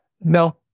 No